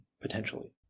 potentially